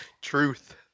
Truth